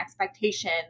expectation